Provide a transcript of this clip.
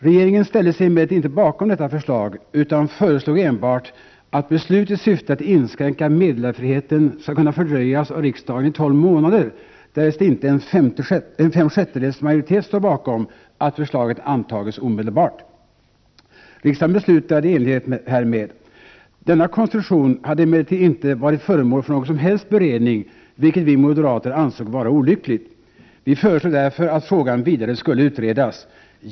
Regeringen ställde sig emellertid inte bakom detta förslag utan föreslog enbart att beslut i syfte att inskränka meddelarfriheten skall kunna fördröjas av riksdagen i tolv månader, därest inte en femsjättedels majoritet står bakom att förslaget antas omedelbart. Riksdagen beslutade i enlighet härmed. Denna konstruktion hade emellertid inte varit föremål för någon som helst beredning, vilket vi moderater ansåg vara olyckligt. Vi föreslog därför att frågan vidare skulle utredas.